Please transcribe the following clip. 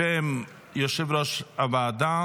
בשם יושב-ראש ועדת